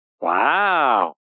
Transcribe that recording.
Wow